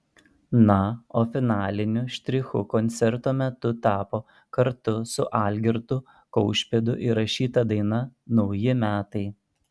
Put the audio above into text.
na o finaliniu štrichu koncerto metu tapo kartu su algirdu kaušpėdu įrašyta daina nauji metai